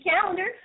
calendar